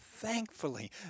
thankfully